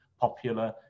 popular